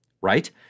Right